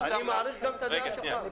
אני מעריך גם את הדעה שלך.